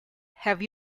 have